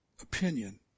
opinion